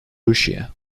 lucia